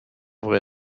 vrai